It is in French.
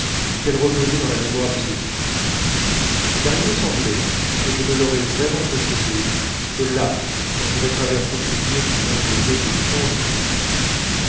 et qu'elle reposait dans la mémoire de ses yeux car il me semblait que je ne l'aurais vraiment possédée que là quand j'aurais traversé ces lieux qui l'enveloppaient de tant de souvenirs